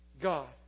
God